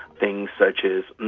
things such as and